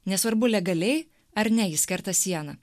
nesvarbu legaliai ar ne jis kerta sieną